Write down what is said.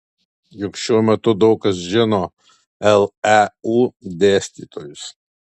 juk šiuo metu daug kas žino leu dėstytojus